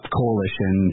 coalition